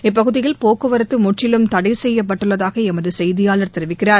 இப்பகுதியில் போக்குவரத்து முற்றிலும் தடை செய்யப்பட்டுள்ளதாக எமது செய்தியாளர் தெரிவிக்கிறார்